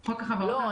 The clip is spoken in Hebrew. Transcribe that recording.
לא,